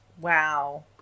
Wow